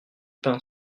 pain